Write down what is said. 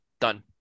Done